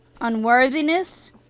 unworthiness